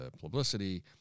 publicity